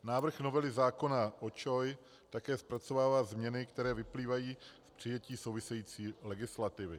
Návrh novely zákona o ČOI také zpracovává změny, které vyplývají z přijetí související legislativy.